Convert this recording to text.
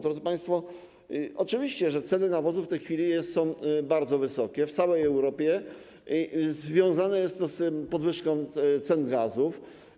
Drodzy państwo, oczywiście, że ceny nawozów w tej chwili są bardzo wysokie w całej Europie, a związane jest to z podwyżką cen gazów.